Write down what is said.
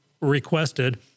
requested